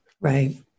Right